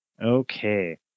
Okay